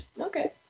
okay